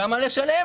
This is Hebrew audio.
כמה לשלם?